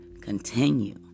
continue